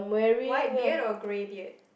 white beard or gray beard